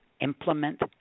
implement